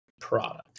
product